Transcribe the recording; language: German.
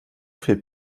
viel